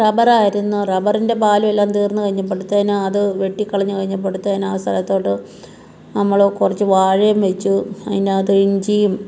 റബ്ബറായിരുന്നു റബ്ബറിൻ്റെ പാലും എല്ലാം തീർന്ന് കഴിഞ്ഞപ്പഴ്ത്തേന് അത് വെട്ടി കളഞ്ഞ് കഴിഞ്ഞപ്പഴ്ത്തേന് ആ സ്ഥലത്തോട്ട് നമ്മൾ കുറച്ച് വാഴേം വെച്ചു അതിനകത്ത് ഇഞ്ചിയും